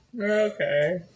Okay